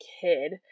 kid